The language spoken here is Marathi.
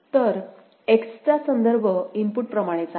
तर X चा संदर्भ इनपुट प्रमाणेच आहे